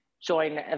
join